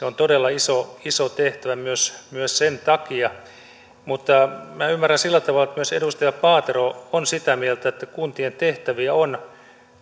on todella iso iso tehtävä myös myös sen takia mutta minä ymmärrän sillä tavalla että myös edustaja paatero on sitä mieltä että kuntien tehtäviä on